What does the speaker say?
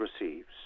receives